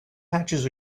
patches